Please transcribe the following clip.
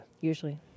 Usually